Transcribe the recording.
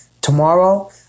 tomorrow